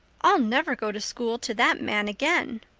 i'll never go to school to that man again.